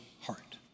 heart